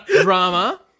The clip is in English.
Drama